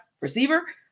receiver